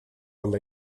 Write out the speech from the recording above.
alle